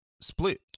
Split